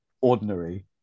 ordinary